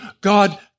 God